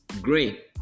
great